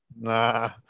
nah